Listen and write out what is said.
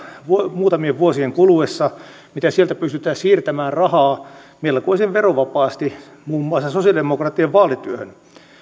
muutamien vuosien kuluessa kymmenistä miljoonista mitä sieltä pystyttäisiin siirtämään rahaa melkoisen verovapaasti muun muassa sosialidemokraattien vaalityöhön